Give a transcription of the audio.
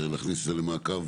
להכניס את זה למעקב.